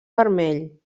vermell